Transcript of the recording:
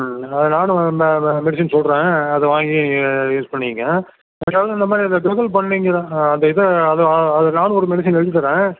ம் அதை நானும் மெடிசின் சொல்கிறேன் அதை வாங்கி யூஸ் பண்ணிகோங்க அதாவது இந்த மாதிரி டோக்கன் பண்ணிகோங்க தான் அந்த இத அது அது நானும் ஒரு மெடிசின் எழுத்திதரேன்